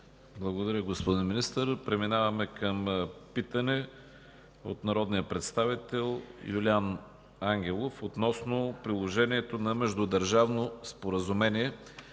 Благодаря, господин Министър. Преминаваме към питане от народния представител Юлиан Ангелов относно приложението на Междудържавно споразумение